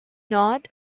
not